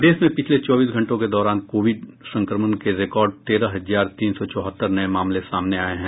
प्रदेश में पिछले चौबीस घंटों के दौरान कोविड संक्रमण के रिकॉर्ड तेरह हजार तीन सौ चौहत्तर नये मामले सामने आये हैं